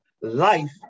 Life